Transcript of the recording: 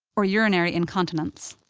or urinary incontinence.